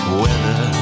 weather